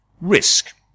Risk